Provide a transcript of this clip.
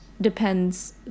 depends